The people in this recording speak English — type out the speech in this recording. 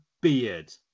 beard